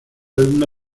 alumna